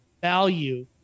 value